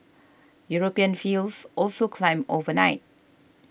European fields also climbed overnight